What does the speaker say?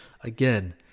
again